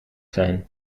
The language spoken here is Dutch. zijn